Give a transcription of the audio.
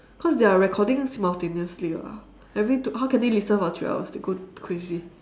cause they are recording us simultaneously ah every two how can they listen for three hours they'll go crazy